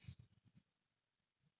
I don't watch the N_T_U [one]